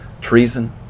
treason